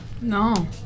no